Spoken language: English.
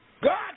God